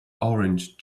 orange